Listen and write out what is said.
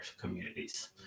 communities